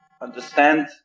understand